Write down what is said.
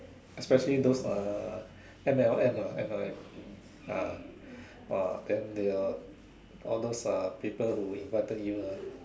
especially those uh M_L_M ah M_L_M ah !wah! then they will all those uh people who invited you ah